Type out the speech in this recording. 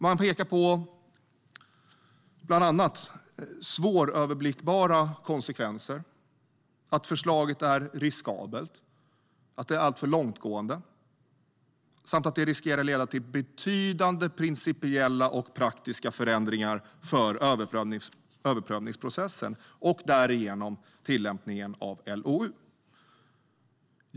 De pekar bland annat på svåröverblickbara konsekvenser, att förslaget är riskabelt och alltför långtgående samt att det riskerar att leda till betydande principiella och praktiska förändringar för överprövningsprocessen och därigenom tillämpningen av LOU.